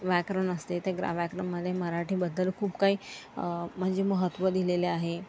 व्याकरण असते ते ग्रा व्याकरणामध्ये मराठीबद्दल खूप काही म्हणजे महत्त्व दिलेले आहे